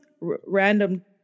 random